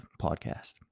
podcast